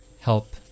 help